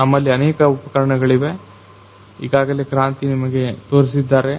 ನಮ್ಮಲ್ಲಿ ಅನೇಕ ಉಪಕರಣಗಳಿವೆ ಈಗಾಗಲೆ ಕ್ರಾಂತಿ ನಿಮಗೆ ತೋರಿಸಿದ್ದಾರೆ